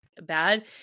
bad